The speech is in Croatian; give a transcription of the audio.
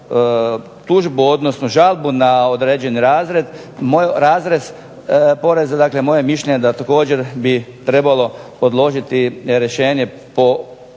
tužbu, odnosno žalbu na određeni razrez poreza. Dakle, moje je mišljenje da također bi trebalo odložiti rješenje po